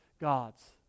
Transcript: God's